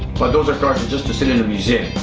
but those are cars just to sit in a museum.